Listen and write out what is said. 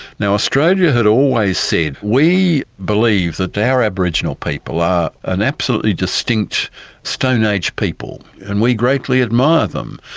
now australia had always said, we believe that our aboriginal people are an absolutely distinct stone age people, and we greatly admire them.